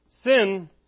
Sin